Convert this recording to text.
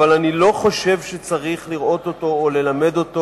אבל אני לא חושב שצריך לראות אותו או ללמד אותו